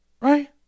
Right